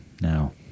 now